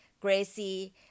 Gracie